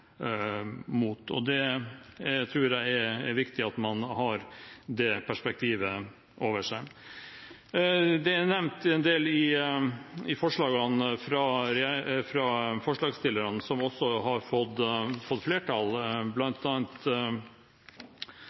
er viktig at man har det perspektivet. Det er nevnt i forslagene fra forslagsstillerne, som også har fått flertall.